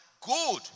good